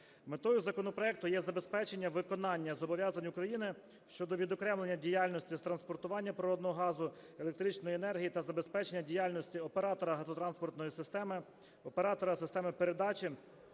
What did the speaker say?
Метою законопроекту є забезпечення виконання зобов'язань України щодо відокремлення діяльності з транспортування природного газу, електричної енергії та забезпечення діяльності оператора газотранспортної системи, оператора системи передачі